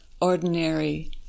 ordinary